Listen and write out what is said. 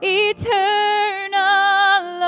eternal